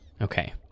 Okay